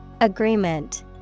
Agreement